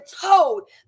told